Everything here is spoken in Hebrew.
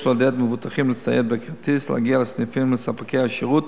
יש לעודד מבוטחים להצטייד בכרטיס ולהגיע לסניפים ולספקי השירות